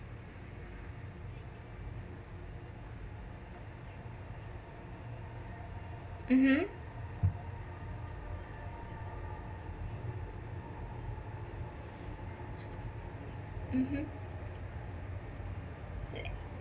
mmhmm mmhmm